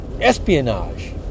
Espionage